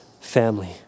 family